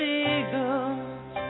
eagles